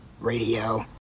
Radio